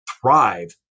thrive